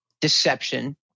deception